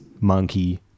monkey